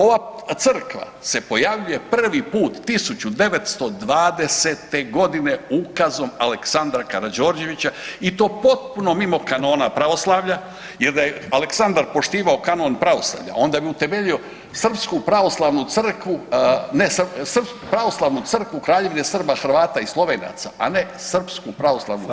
Ova crkva se pojavljuje prvi put 1920.g. ukazom Aleksandra Karađorđevića i to potpuno mimo kanona pravoslavlja jer da je Aleksandar poštivao kanon pravoslavlja onda bi utemeljio srpsku pravoslavnu crkvu, pravoslavnu crkvu Kraljevine Srba, Hrvata i Slovenaca, a ne srpsku pravoslavnu crkvu.